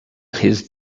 his